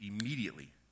immediately